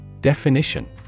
Definition